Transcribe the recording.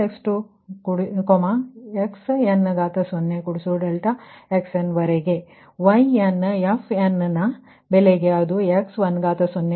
xn0 ∆xn ಇದು 44 ನೇ ಸಮೀಕರಣ y1 f1x10 ∆x1 x20 ∆x2